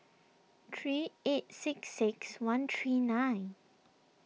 three eight six six one three nine